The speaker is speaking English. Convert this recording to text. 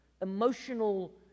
emotional